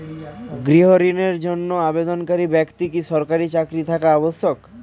গৃহ ঋণের জন্য আবেদনকারী ব্যক্তি কি সরকারি চাকরি থাকা আবশ্যক?